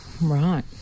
Right